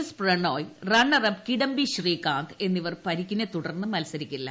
S Prannoy runner up Kidambi Srikanth എന്നിവർ പരിക്കിനെ തുടർന്ന് മത്സരിക്കില്ല